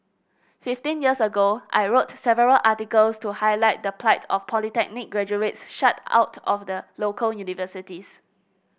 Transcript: fifteen years ago I wrote several articles to highlight the plight of polytechnic graduates shut out of the local universities